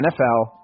NFL